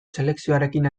selekzioarekin